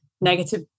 negative